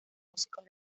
músicos